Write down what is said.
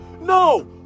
No